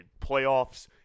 playoffs